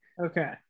Okay